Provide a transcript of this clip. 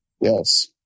Yes